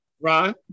Ron